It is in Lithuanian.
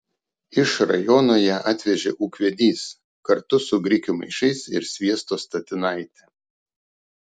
iš rajono ją atvežė ūkvedys kartu su grikių maišais ir sviesto statinaite